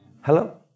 Hello